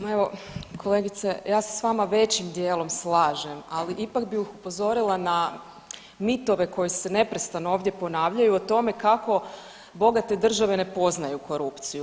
Pa evo kolegice, ja se s vama većim dijelom slažem, ali ipak bih upozorila na mitove koji se neprestano ovdje ponavljaju o tome kako bogate države ne poznaju državu.